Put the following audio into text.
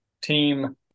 team